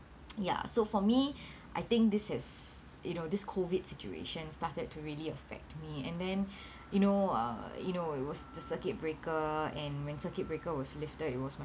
ya so for me I think this is you know this COVID situation started to really affect me and then you know uh you know it was the circuit breaker and when circuit breaker was lifted it was my